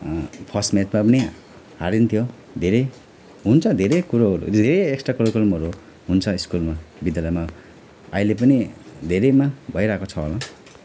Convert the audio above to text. first म्याचमा पनि हारिन्थ्यो धेरै हुन्छ धेरै कुरोहरू धेरै एक्सट्रा करिकुलमहरू हुन्छ स्कुलमा विद्यालयमा अहिले पनि धेरैमा भइरहेको छ